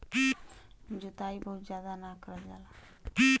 जोताई बहुत जादा ना करल जाला